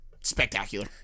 spectacular